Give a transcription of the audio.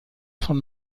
von